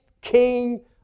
king